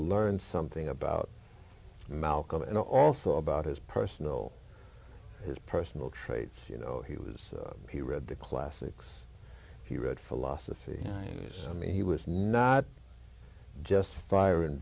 learn something about malcolm and also about his personal his personal traits you know he was he read the classics he read philosophy i mean he was not just fire